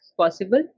possible